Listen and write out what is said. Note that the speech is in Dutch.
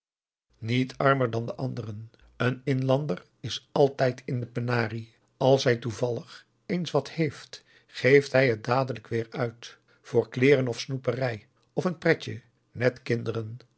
niet armer dan de anderen een inlander is altijd in de penarie als hij toevallig eens wat heeft geeft hij het dadelijk weer uit voor kleeren of snoeperij of een pretje net kinderen